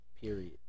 period